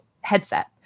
headset